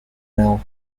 mail